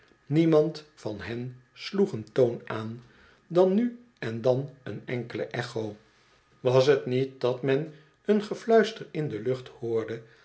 niemand van hen sloeg een toon aan dan nu en dan een enkele echo was t niet dat men een gefluister in de lucht hoorde